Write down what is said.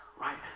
Right